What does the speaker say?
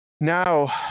now